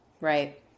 Right